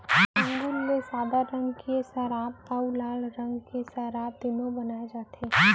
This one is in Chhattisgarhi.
अंगुर ले सादा रंग के सराब अउ लाल रंग के सराब दुनो बनाए जाथे